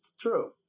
True